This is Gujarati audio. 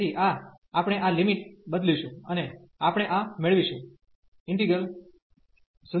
તેથી આ આપણે આ લિમિટ બદલીશું અને આપણે આ મેળવીશું 0b afx dx